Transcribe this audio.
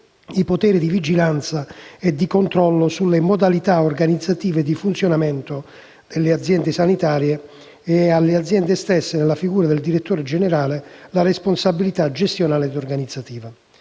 i poteri di vigilanza e controllo sulle modalità organizzative e di funzionamento delle aziende sanitarie e alle aziende stesse, nella figura del direttore generale, la responsabilità gestionale e organizzativa.